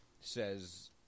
says